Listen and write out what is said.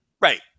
Right